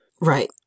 Right